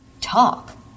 talk